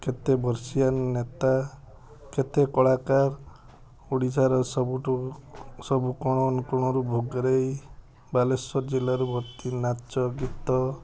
କେତେ ବର୍ଷୀୟାନ୍ ନେତା କେତେ କଳାକାର ଓଡ଼ିଶାର ସବୁଠୁ ସବୁ କୋଣ ଅନୁକୋଣରୁ ଭୋଗରେଇ ବାଲେଶ୍ଵର ଜିଲ୍ଲାରେ ଭର୍ତ୍ତି ନାଚ ଗୀତ